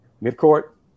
mid-court